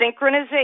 synchronization